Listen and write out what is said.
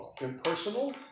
impersonal